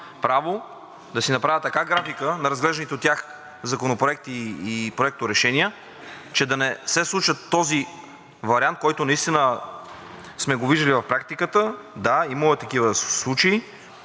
право да си направят така графика на разглежданите от тях законопроекти и проекторешения, че да не се случва този вариант, който наистина сме го виждали в практиката – да, имало е такива случаи